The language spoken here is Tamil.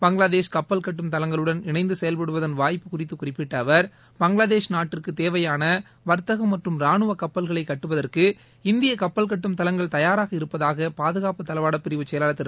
பங்களாதேஷ் கப்பல் கட்டும் தளங்களுடன் இணைந்து செயல்படுவதன் வாய்ப்பு குறித்து குறிப்பிட்ட அவர் பங்களாதேஷ் நாட்டிற்கு தேவையான வர்த்தகம் மற்றும் ரானுவ கப்பல்களை கட்டுவதற்கு இந்திய கப்பல் கட்டும் தளங்கள் தயாராக இருப்பதாக பாதுகாப்பு தளவாடப் பிரிவு செயலாளர் திரு